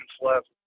left